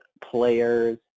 players